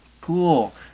cool